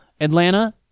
Atlanta